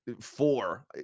four